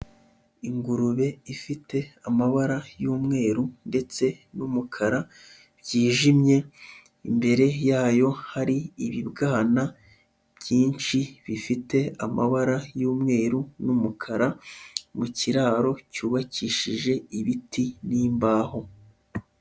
Ingurube ifite amabara y'umweru ndetse n'umukara byijimye, imbere yayo hari ibibwana byinshi bifite amabara y'umweru n'umukara, mu kiraro cyubakishije ibiti n'imbaho.